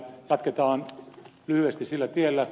jatketaan lyhyesti sillä tiellä